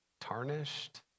tarnished